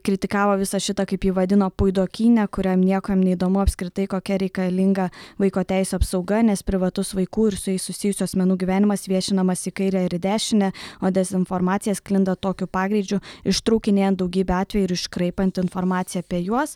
kritikavo visą šitą kaip jį vadino puidokynę kuriam niekam neįdomu apskritai kokia reikalinga vaiko teisių apsauga nes privatus vaikų ir su jais susijusių asmenų gyvenimas viešinamas į kairę ir į dešinę o dezinformacija sklinda tokiu pagreičiu ištraukinėjant daugybę atvejų ir iškraipant informaciją apie juos